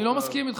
אני לא מסכים איתך.